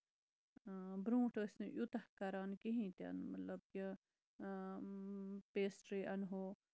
برونٹھ ٲسۍ نہٕ یوٗتاہ کران کِہیٖنۍ تہِ نہٕ اۭں مطلب کہِ پیسٹری اَنہو